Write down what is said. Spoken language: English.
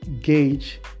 gauge